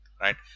Right